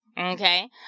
Okay